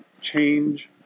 change